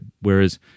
Whereas